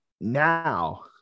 Now